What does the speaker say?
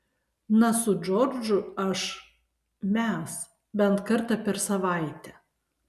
na su džordžu aš mes bent kartą per savaitę